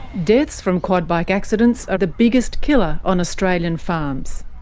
deaths from quad bike accidents are the biggest killer on australian farms.